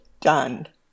done